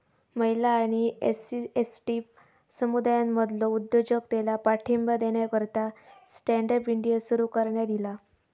महिला आणि SC, ST समुदायांमधलो उद्योजकतेला पाठिंबा देण्याकरता स्टँड अप इंडिया सुरू करण्यात ईला